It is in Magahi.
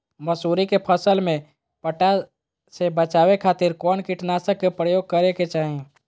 मसूरी के फसल में पट्टा से बचावे खातिर कौन कीटनाशक के उपयोग करे के चाही?